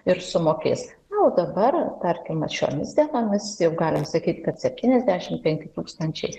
ir sumokės na o dabar tarkime šiomis dienomis jau galim sakyti kad septyniasdešimt penki tūkstančiai